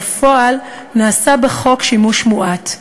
בפועל, נעשה בחוק שימוש מועט.